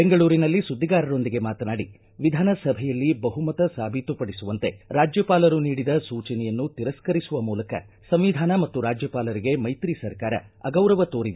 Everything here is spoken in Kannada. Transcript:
ಬೆಂಗಳೂರಿನಲ್ಲಿ ಸುದ್ದಿಗಾರರೊಂದಿಗೆ ಮಾತನಾಡಿ ವಿಧಾನಸಭೆಯಲ್ಲಿ ಬಹುಮತ ಸಾಬೀತುಪಡಿಸುವಂತೆ ರಾಜ್ಯಪಾಲರು ನೀಡಿದ ಸೂಚನೆಯನ್ನು ತಿರಸ್ತರಿಸುವ ಮೂಲಕ ಸಂವಿಧಾನ ಮತ್ತು ರಾಜ್ಯಪಾಲರಿಗೆ ಮೈತ್ರಿ ಸರ್ಕಾರ ಅಗೌರವ ತೋರಿದೆ ಎಂದು ದೂರಿದರು